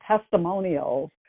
testimonials